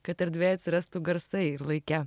kad erdvėje atsirastų garsai ir laike